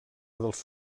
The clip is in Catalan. dels